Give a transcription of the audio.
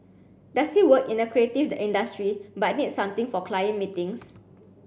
does he work in a creative industry but needs something for client meetings